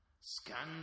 Scandal